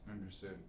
Understood